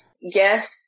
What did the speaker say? Yes